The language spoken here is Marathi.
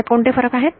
त्यात कोणते फरक आहेत